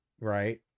right